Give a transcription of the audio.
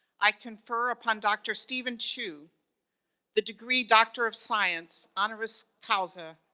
i confer upon dr. steven chu the degree doctor of science, honoris causa,